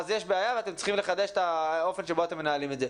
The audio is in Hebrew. אז יש בעיה ואתם צריכים לחדש את האופן שבו אתם מנהלים את זה,